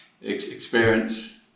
experience